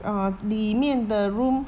err 里面的 room